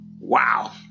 Wow